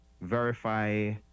verify